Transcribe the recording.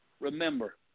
Remember